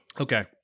okay